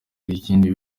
ibindi